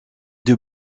deux